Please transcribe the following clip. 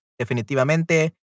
definitivamente